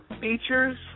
features